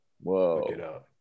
whoa